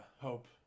hope